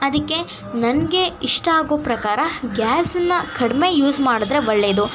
ಅದಕ್ಕೆ ನನಗೆ ಇಷ್ಟ ಆಗೋ ಪ್ರಕಾರ ಗ್ಯಾಸ್ನ ಕಡಿಮೆ ಯೂಸ್ ಮಾಡಿದ್ರೆ ಒಳ್ಳೇದು